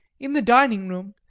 in the dining-room,